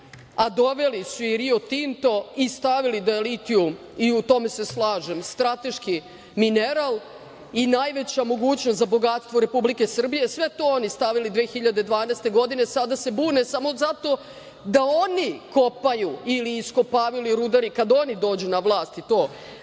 a doveli su i Rio Tinto i stavili da je litijum, i u tome se slažem, strateški mineral i najveća mogućnost za bogatstvo Republike Srbije. Sve to oni stavili 2012. godine, sada se bune samo zato da oni kopaju ili iskopavaju ili rudare kad oni dođu na vlast i to